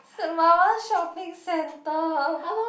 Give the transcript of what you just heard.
Sembawang-Shopping-Centre